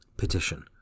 PETITION